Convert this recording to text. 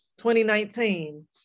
2019